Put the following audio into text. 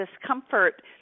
discomfort